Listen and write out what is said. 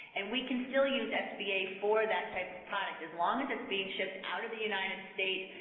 and we can still use sba for that type of product. as long as it's being shipped out of the united states,